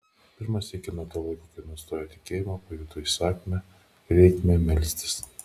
pirmą sykį nuo to laiko kai nustojo tikėjimo pajuto įsakmią reikmę melstis